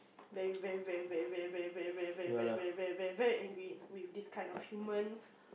very very very very very very very very very very very angry with this kind of humans